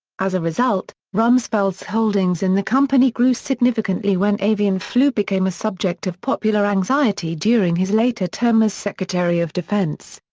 as a result, rumsfeld's holdings in the company grew significantly when avian flu became a subject of popular anxiety during his later term as secretary of defense.